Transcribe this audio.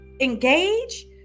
engage